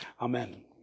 Amen